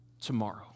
tomorrow